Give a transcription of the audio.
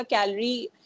Calorie